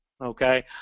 okay